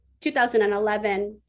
2011